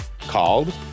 called